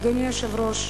אדוני היושב-ראש,